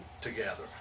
together